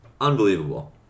Unbelievable